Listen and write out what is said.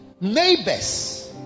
neighbors